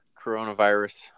coronavirus